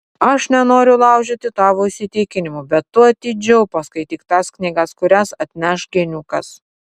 aš nenoriu laužyti tavo įsitikinimų bet tu atidžiau paskaityk tas knygas kurias atneš geniukas